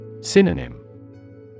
Synonym